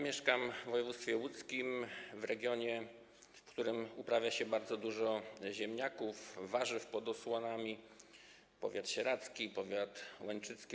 Mieszkam w województwie łódzkim, w regionie, w którym uprawia się bardzo dużo ziemniaków, warzyw pod osłonami, to powiat sieradzki, powiat łęczycki.